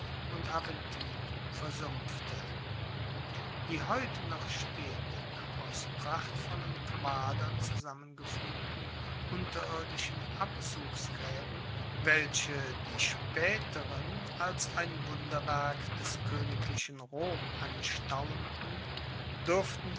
und aventin versumpfte die heute noch stehenden aus prachtvollen quadern zusammengefuegten unterirdischen abzugsgraeben welche die spaeteren als ein wunderwerk des koeniglichen rom anstaunten duerften